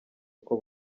uko